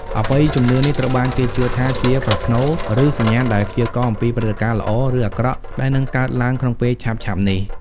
អបិយជំនឿនេះត្រូវបានគេជឿថាជាប្រផ្នូល ឬសញ្ញាណដែលព្យាករណ៍អំពីព្រឹត្តិការណ៍ល្អ ឬអាក្រក់ដែលនឹងកើតឡើងក្នុងពេលឆាប់ៗនេះ។